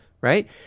right